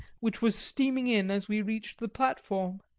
which was steaming in as we reached the platform.